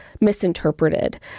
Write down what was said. misinterpreted